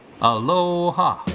Aloha